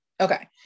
Okay